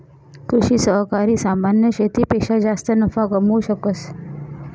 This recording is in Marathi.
कृषि सहकारी सामान्य शेतीपेक्षा जास्त नफा कमावू शकस